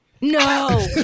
No